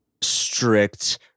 strict